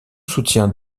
soutien